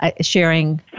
sharing